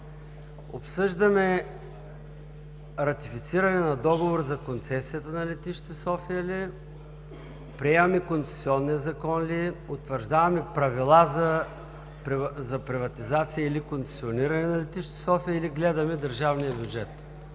обсъждаме ратифициране на Договор за концесията на Летище София ли, приемаме Концесионния закон ли, утвърждаваме правила за приватизация или концесиониране на Летище София, или гледаме държавния бюджет?